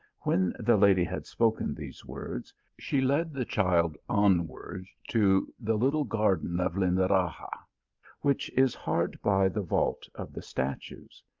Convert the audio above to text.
when the lady had spoken these words, she led the child onward to the little garden of lindaraxa, which is hard by the vault of the statues.